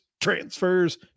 transfers